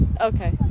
Okay